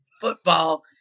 Football